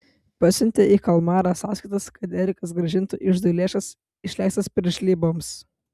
pasiuntė į kalmarą sąskaitas kad erikas grąžintų iždui lėšas išleistas piršlyboms